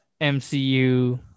MCU